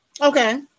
okay